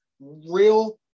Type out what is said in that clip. real